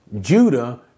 Judah